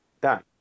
done